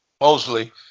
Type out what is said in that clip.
Mosley